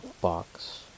box